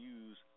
use